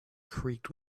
creaked